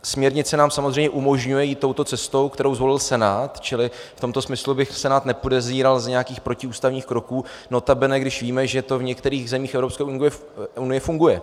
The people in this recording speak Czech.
Směrnice nám samozřejmě umožňuje jít touto cestou, kterou zvolil Senát, čili v tomto smyslu bych Senát nepodezíral z nějakých protiústavních kroků, notabene, když víme, že to v některých zemích Evropské unie funguje.